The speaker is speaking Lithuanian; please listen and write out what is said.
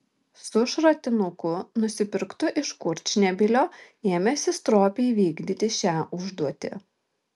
su šratinuku nusipirktu iš kurčnebylio ėmėsi stropiai vykdyti šią užduotį